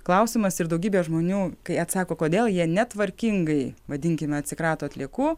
klausimas ir daugybė žmonių kai atsako kodėl jie netvarkingai vadinkime atsikrato atliekų